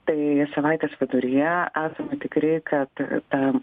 tai savaitės viduryje esame tikri kad ta